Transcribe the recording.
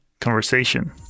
conversation